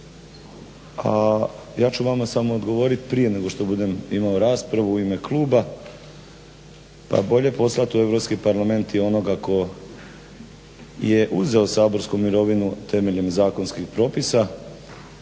A ja ću vama samo odgovoriti prije nego što budem imao raspravu u ime kluba pa bolje poslati u Europski parlament i onoga tko je uzeo saborsku mirovinu temeljem zakonskih propisa